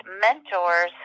mentors